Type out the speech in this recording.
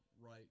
right